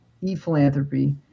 e-philanthropy